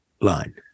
line